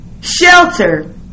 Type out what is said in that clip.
shelter